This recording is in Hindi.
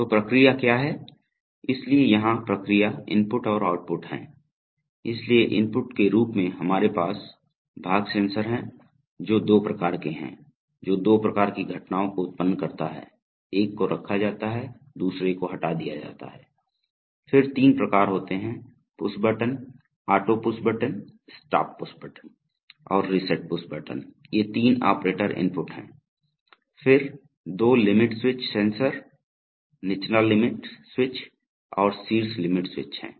तो प्रक्रिया क्या है इसलिए यहाँ प्रक्रिया इनपुट और आउटपुट हैं इसलिए इनपुट के रूप में हमारे पास भाग सेंसर हैं जो दो प्रकार के है जो दो प्रकार की घटनाओं को उत्पन्न करता है एक को रखा जाता है दूसरे को हटा दिया जाता है फिर तीन प्रकार होते हैं push button auto push button stop push button और रीसेट पुश बटन ये तीन ऑपरेटर इनपुट हैं फिर दो लिमिट स्विच सेंसर निचला लिमिट स्विच और शीर्ष लिमिट स्विच हैं